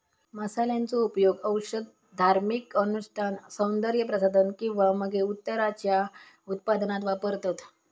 मसाल्यांचो उपयोग औषध, धार्मिक अनुष्ठान, सौन्दर्य प्रसाधन किंवा मगे उत्तराच्या उत्पादनात वापरतत